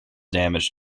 damage